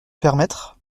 permettre